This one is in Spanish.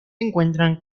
encuentran